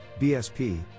bsp